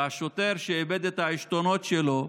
והשוטר, שאיבד את העשתונות שלו,